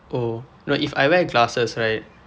oh no if I wear glasses right